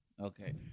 okay